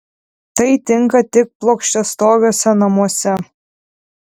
tai tinka tik plokščiastogiuose namuose